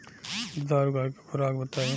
दुधारू गाय के खुराक बताई?